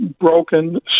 broken